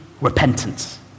Repentance